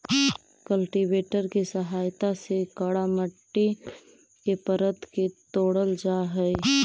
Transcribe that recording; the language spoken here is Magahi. कल्टीवेटर के सहायता से कड़ा मट्टी के परत के तोड़ल जा हई